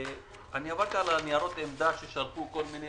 עברתי על ניירות העמדה ששלחו כל מיני